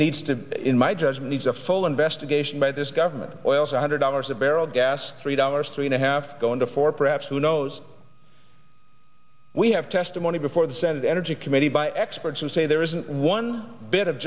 needs to in my judgment is a full investigation by this government oil one hundred dollars a barrel gas three dollars three and a half going to four perhaps who knows we have testimony before the senate energy committee by experts who say there isn't one bit of